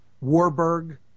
Warburg